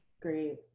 great.